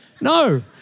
No